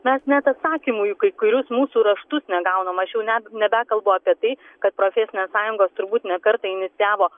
mes net atsakymų į kai kurius mūsų raštus negaunam aš jau net nebekalbu apie tai kad profesinės sąjungos turbūt ne kartą inicijavo